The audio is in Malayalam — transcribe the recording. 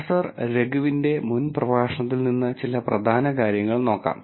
പ്രൊഫസർ രഘുവിന്റെ മുൻ പ്രഭാഷണത്തിൽ നിന്ന് ചില പ്രധാന കാര്യങ്ങൾ നോക്കാം